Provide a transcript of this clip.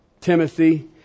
Timothy